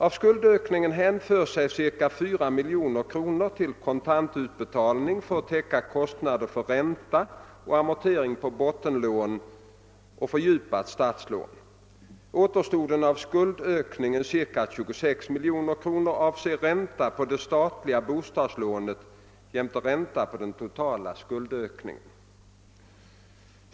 Av skuldökningen hänför sig ca 4 miljoner kronor till kontantutbetalningar för att täcka kostnader för ränta och amortering på bottenlån och fördjupat statslån. Återstoden av skuldökningen, ca 26 miljoner kronor, avser ränta på det statliga bostadslånet jämte ränta på den totala skuldökningen.